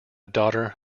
daughter